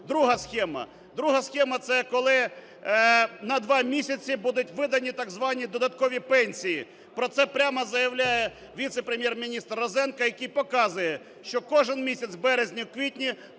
Друга схема – це коли на 2 місяці будуть видані так звані "додаткові пенсії". Про це прямо заявляє віце-прем'єр-міністр Розенко, який показує, що кожен місяць у березні і квітні